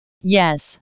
Yes